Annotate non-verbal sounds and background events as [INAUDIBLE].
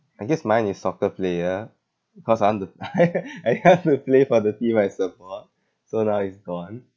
I guess mine is soccer player cause I want to I [LAUGHS] I have to play for the team I support so now it's gone